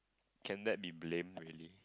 can that be blame really